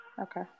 Okay